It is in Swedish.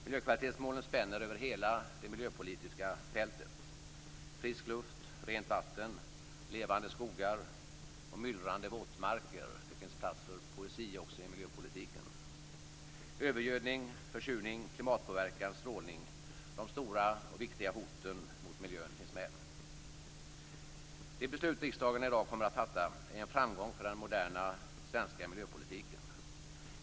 Miljökvalitetsmålen spänner [6~över hela det miljöpolitiska fältet: frisk luft, rent vatten, levande skogar och myllrande våtmarker - det finns plats också åt poesi i miljöpolitiken. Övergödning, försurning, klimatpåverkan, strålning - de stora och viktiga hoten mot miljön finns med. Det beslut riksdagen i dag kommer att fatta är en framgång för den moderna svenska miljöpolitiken.